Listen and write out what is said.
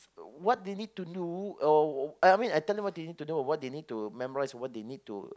what they need to do or I I mean I tell them what they need to do or what they need to memorise what they need to